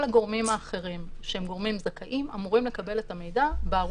וכל הגורמים הזכאים אמורים לקבל את המידע באמצעות